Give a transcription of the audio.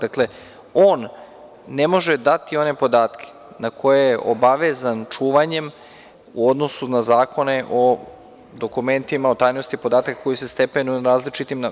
Dakle, on ne može dati one podatke na koje je obavezan čuvanjem u odnosu na zakone o dokumentima, o tajnosti podataka, koji se stepenuju različito.